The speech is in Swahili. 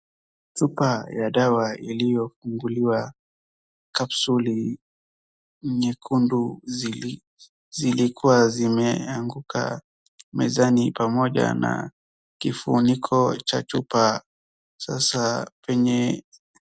Chupa ya dawa iliyofunguliwa, kapsuli nyekundu zilikuwa zimeanguka mezani pamoja na kifuniko cha chupa, sasa penye.